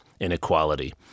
inequality